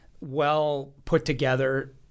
well-put-together